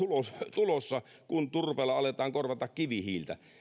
tulossa kun turpeella aletaan korvata kivihiiltä